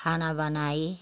खाना बनाई